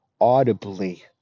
audibly